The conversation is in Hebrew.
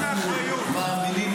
אנחנו מאמינים